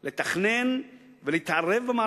אלא אם נידרש לזוגות צעירים ולאחרים,